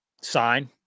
sign